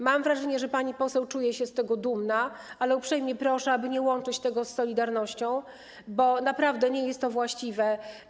Mam wrażenie, że pani poseł czuje się z tego dumna, ale uprzejmie proszę, aby nie łączyć tego z „Solidarnością”, bo naprawdę nie jest to właściwe.